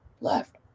left